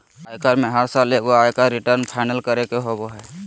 आयकर में हर साल एगो आयकर रिटर्न फाइल करे के होबो हइ